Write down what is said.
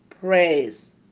praise